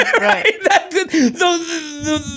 Right